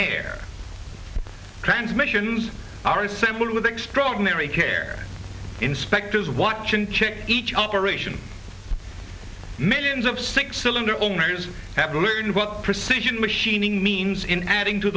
hair transmissions are assembled with extraordinary care inspectors watch and check each operation millions of six cylinder owners have learned what precision machining means in adding to